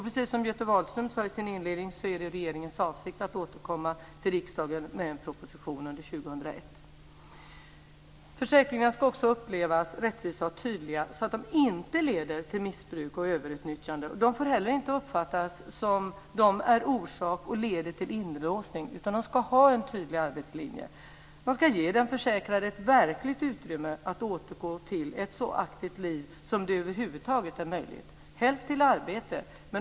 Precis som Göte Wahlström sade i sin inledning är det regeringens avsikt att återkomma till riksdagen med en proposition under 2001. Försäkringarna ska också upplevas som rättvisa och tydliga så att de inte leder till missbruk och överutnyttjande. De får inte heller uppfattas som om de leder till inlåsning. De ska ha en tydlig arbetslinje. De ska ge den försäkrade ett verkligt utrymme att återgå till ett så aktivt liv som det över huvud taget är möjligt, helst till arbete.